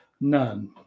None